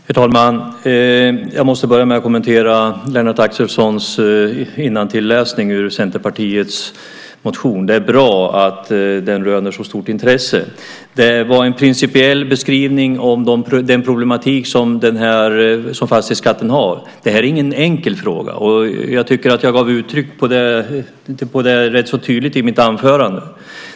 Herr talman! Jag måste börja med att kommentera Lennart Axelssons innantilläsning ur Centerpartiets motion. Det är bra att den röner så stort intresse. Det var en principiell beskrivning av den problematik som fastighetsskatten rymmer. Det här är ingen enkel fråga, och jag tycker att jag gav uttryck för det rätt så tydligt i mitt anförande.